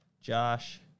Josh